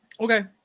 Okay